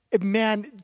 man